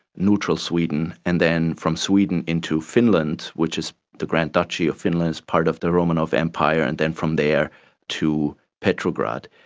neutral sweden, and then from sweden into finland which is the grand duchy of finland is part of the romanov empire, and then from there to petrograd.